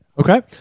Okay